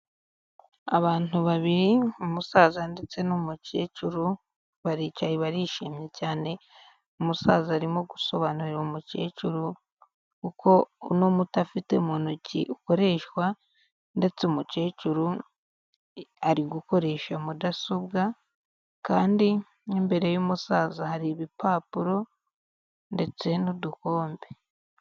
Abantu babiri umusaza ndetse n'umukecuru baricaye barishimye cyane umusaza arimo gusobanurira umukecuru uko uno muti afite mu ntoki ukoreshwa ndetse umukecuru ari gukoresha mudasobwa kandi n'imbere y'umusaza hari ibipapuro ndetse n'udukombe.